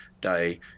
day